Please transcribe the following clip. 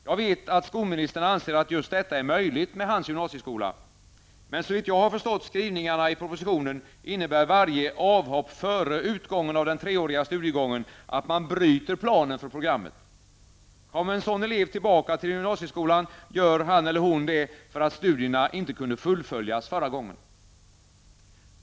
Jag vet att skolministern anser att just detta är möjligt med hans gymansieskola, men såvitt jag har förstått skrivningarna i propositionen innebär varje avhopp före utgången av den treåriga studiegången att man bryter planen för programmet. Kommer en sådan elev tillbaka till gymansieskolan, gör han/hon det för att studierna inte kunde fullföljas förra gången.